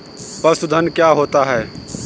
पशुधन क्या होता है?